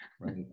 Right